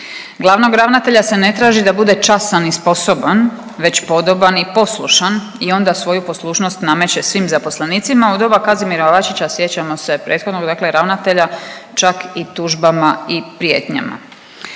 Glavnog ravnatelja se ne traži da bude časan i sposoban već podoban i poslušan i onda svoju poslušnost nameće svim zaposlenicima. U doba Kazimira Bačića sjećamo se prethodnog dakle ravnatelja čak i tužbama i prijetnjama.